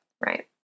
right